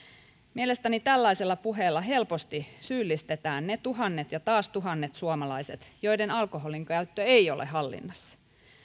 mielestäni tällaisella puheella helposti syyllistetään ne tuhannet ja taas tuhannet suomalaiset joiden alkoholinkäyttö ei ole hallinnassa